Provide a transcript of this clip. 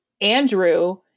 andrew